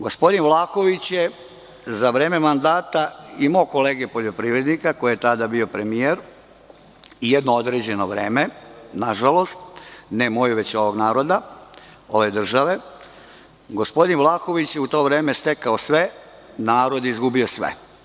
Gospodin Vlahović je za vreme mandata i mog kolege poljoprivrednika, koji je tada bio premijer, jedno određeno vreme, na žalost, ne moju, već ovog naroda, ove države, gospodin Vlahović je u to vreme stekao sve, a narod izgubio sve.